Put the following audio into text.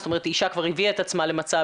זאת אומרת שאישה כבר הביאה את עצמה למצב